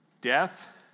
death